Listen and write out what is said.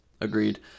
Agreed